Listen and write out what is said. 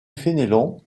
fénelon